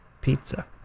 pizza